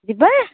ଯିବା